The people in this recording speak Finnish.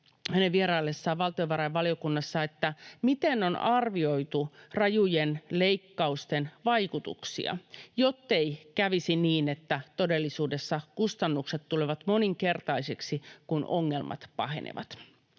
hänen vieraillessaan valtiovarainvaliokunnassa, miten on arvioitu rajujen leikkausten vaikutuksia, jottei kävisi niin, että todellisuudessa kustannukset tulevat moninkertaisiksi, kun ongelmat pahenevat.